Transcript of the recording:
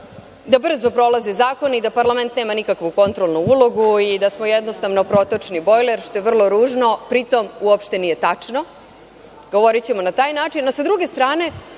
da brzo prolaze zakoni i da parlament nema nikakvu kontrolnu ulogu i da smo jednostavno protočni bojler, što je vrlo ružno, pri tom uopšte nije tačno, govorićemo na taj način, a sa druge strane,